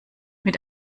mit